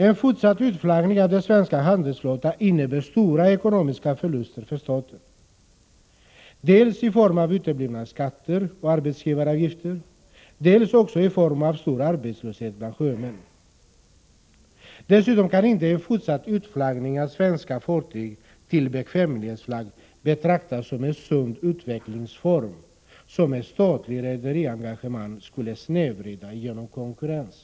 En fortsatt utflaggning av den svenska handelsflottan innebär stora ekonomiska förluster för staten, dels i form av uteblivna skatter och arbetsgivaravgifter, dels också i form av stor arbetslöshet bland sjömän. Dessutom kan inte en fortsatt utflaggning av svenska fartyg till bekvämlighetsflagg betraktas som en sund utveckling, som ett statligt redarengagemang skulle snedvrida genom konkurrens.